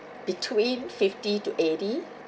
between fifty to eighty